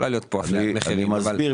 יכולה להיות פה הפניית מחירים אבל -- אני מסביר,